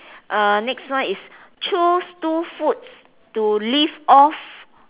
uh next one is choose two foods to live off